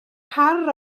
car